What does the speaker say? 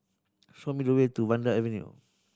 show me the way to Vanda Avenue